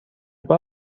بار